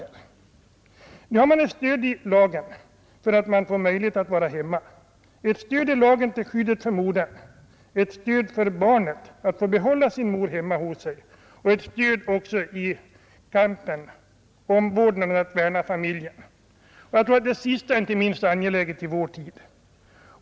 Nu finns det ett stöd i lagen för moderns möjlighet att vara hemma — ett stöd till skydd för modern, ett stöd för barnet att få behålla sin mor hemma och ett stöd i kampen för att värna familjen. Det sista är inte minst angeläget i vår tid.